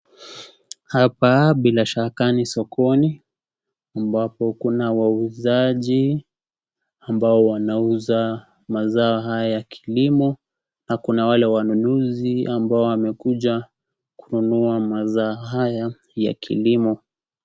Hapa bila shaka ni sokoni ambapo kuna wauzaji ambao wanauza mazao hay y kilimo na Kuna wale wanunuzi ambao wamekuja kuinunua mazao haya ya kilimo .